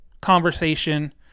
conversation